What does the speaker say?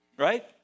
right